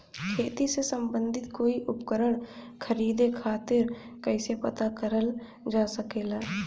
खेती से सम्बन्धित कोई उपकरण खरीदे खातीर कइसे पता करल जा सकेला?